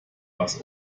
was